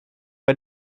bei